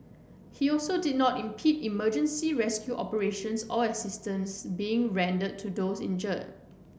he also did not impede emergency rescue operations or assistance being rendered to those injured